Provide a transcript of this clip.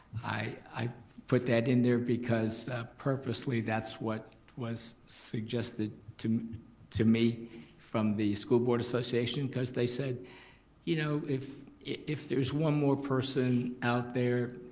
i put that in there because purposely that's what was suggested to to me from the school board association cause they said you know if if there's one more person out there,